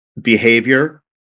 behavior